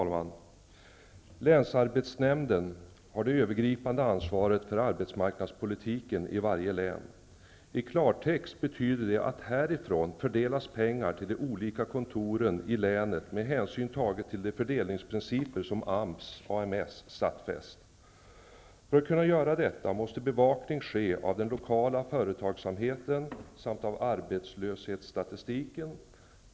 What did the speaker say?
Fru talman! Länsarbetsnämnden har det övergripande ansvaret för arbetsmarknadspolitiken i varje län. I klartext betyder det att härifrån fördelas pengar till de olika kontoren i länet med hänsyn tagen till de fördelningsprinciper som AMS stadfäst. För att detta skall kunna göras måste bevakning ske av den lokala företagsamheten samt av arbetslöshetsstatistiken.